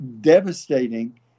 devastating